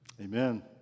Amen